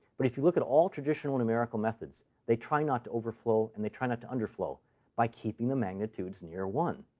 but if you look at all traditional numerical methods, they try not to overflow, and they try not to underflow by keeping the magnitudes near one.